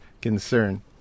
concern